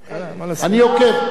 אני עוקב.